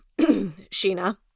Sheena